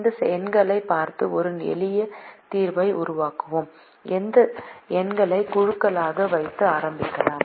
இந்த எண்களைப் பார்த்து ஒரு எளிய தீர்வை உருவாக்குவோம் இந்த எண்களை குழுக்களாக வைக்க ஆரம்பிக்கலாம்